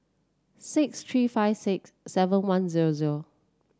six three five six seven one zero zero